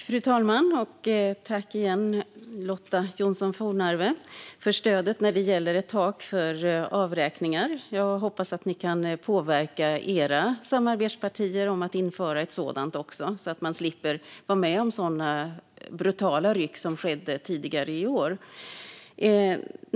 Fru talman! Jag tackar Lotta Johnsson Fornarve för stödet för ett tak för avräkningar. Jag hoppas att ni kan påverka era samarbetspartier vad gäller att införa ett sådant så att vi slipper vara med om sådana brutala ryck som skedde tidigare i år.